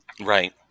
Right